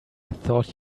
thought